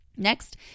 Next